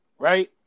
Right